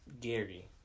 Gary